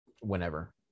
whenever